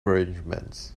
arrangements